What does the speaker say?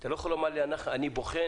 אתה לא יכול לומר לי שאתה בוחן.